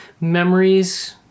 memories